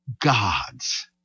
God's